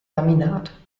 laminat